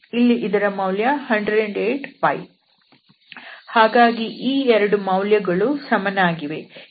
ಹಾಗಾಗಿ ಈ ಎರಡು ಮೌಲ್ಯಗಳು ಸಮನಾಗಿವೆ